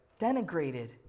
denigrated